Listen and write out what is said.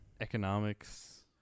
Economics